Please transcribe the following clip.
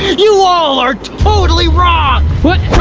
you all are totally wrong.